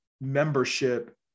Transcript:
membership